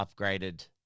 upgraded